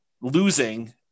losing